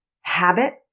habit